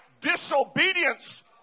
Disobedience